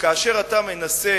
וכאשר אתה מנסה